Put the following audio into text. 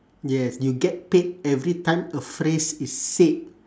yes you get paid every time a phrase is said